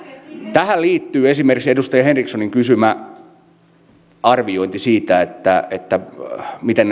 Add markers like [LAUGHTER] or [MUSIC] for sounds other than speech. tähän liittyy esimerkiksi edustaja henrikssonin kysymä arviointi siitä miten [UNINTELLIGIBLE]